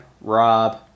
Rob